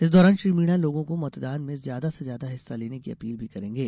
इस दौरान श्री मीणा लोगों को मतदान में ज्यादा से ज्यादा हिस्सा लेने की अपील भी करेंगे